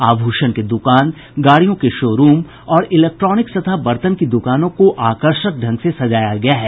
आभूषण के दुकान गाड़ियों के शोरूम और इलेक्ट्रोनिक्स तथा बर्तन की दुकानों को आकर्षक ढंग से सजाया गया है